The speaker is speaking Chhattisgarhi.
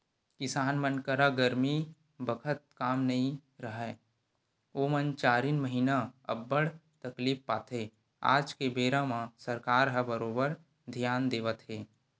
किसान मन करा गरमी बखत काम नइ राहय ओमन चारिन महिना अब्बड़ तकलीफ पाथे आज के बेरा म सरकार ह बरोबर धियान देवत हे